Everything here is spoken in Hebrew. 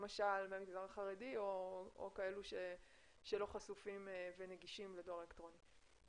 למשל במגזר החרדי או כאלה שלא חשופים ונגישים לדואר אלקטרוני.